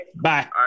Bye